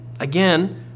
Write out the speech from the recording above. Again